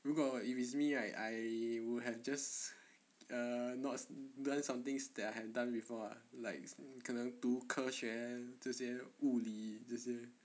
如果 if it's me right I would have just err not learnt some things that I had done before like 可能读科学这些物理这些